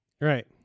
Right